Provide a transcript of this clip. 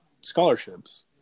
scholarships